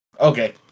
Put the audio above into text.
Okay